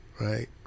right